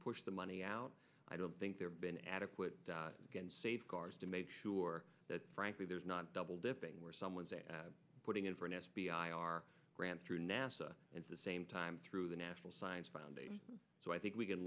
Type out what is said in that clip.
push the money out i don't think there have been adequate safeguards to make sure that frankly there's not a double dipping where someone putting in for an f b i our brand through nasa is the same time through the national science foundation so i think we can